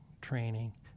training